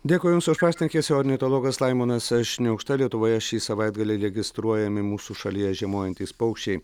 dėkui jums už pašnekesį ornitologas laimonas šniaukšta lietuvoje šį savaitgalį registruojami mūsų šalyje žiemojantys paukščiai